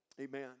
Amen